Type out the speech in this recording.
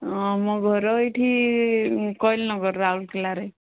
ଆମ ଘର ଏଇଠି କୋଇଲ ନଗର ରାଉରକେଲାରେ